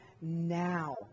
now